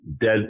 dead